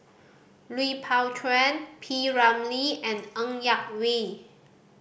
Lui Pao Chuen P Ramlee and Ng Yak Whee